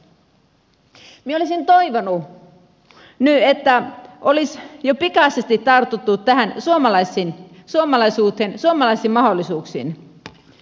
minä olisin toivonut nyt että olisi jo pikaisesti tartuttu tähän suomalaisuuteen suomalaisiin mahdollisuuksiin